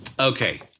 okay